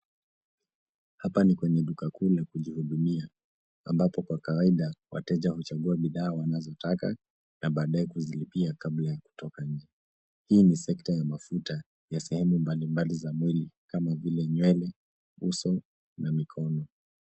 Hapa ni kwenye duka kuu la kujihudumia ambapo kwa kawaida wateja huchagua bidhaa wanazotaka na badae kuzilipia kabla ya kutoka nje. Hii ni sekta ya mafuta ya sehemu mbalimbali za mwili kama vile nywele, uso na mkono.